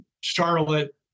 Charlotte